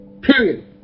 period